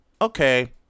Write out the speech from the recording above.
okay –